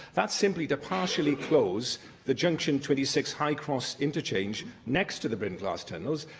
that's simply to partially close the junction twenty six high cross interchange next to the brynglas tunnels.